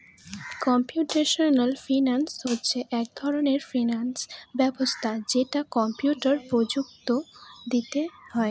computational finance হচ্ছে এক ধরনের ফিনান্স ব্যবস্থা যেটা কম্পিউটার প্রযুক্তি দিয়ে হয়